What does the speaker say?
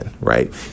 right